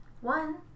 One